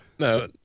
No